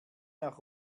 nach